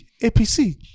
apc